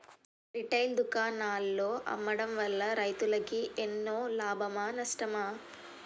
Retail దుకాణాల్లో అమ్మడం వల్ల రైతులకు ఎన్నో లాభమా నష్టమా?